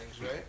right